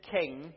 king